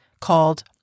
called